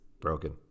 broken